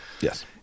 Yes